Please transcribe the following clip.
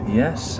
yes